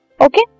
okay